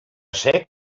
sec